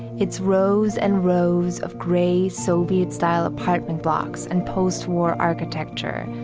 it's rows and rows of gray soviet-style apartment blocks and post war architecture,